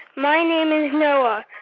my name is noah.